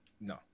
No